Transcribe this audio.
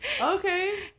okay